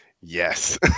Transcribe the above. Yes